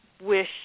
wish